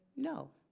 no.